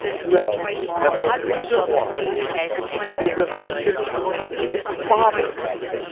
no, and the reason why is that, i didn't want to bother him.